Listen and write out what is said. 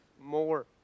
more